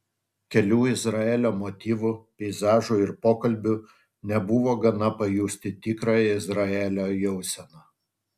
kelių izraelio motyvų peizažų ir pokalbių nebuvo gana pajusti tikrąją izraelio jauseną